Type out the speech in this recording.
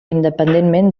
independentment